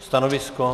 Stanovisko?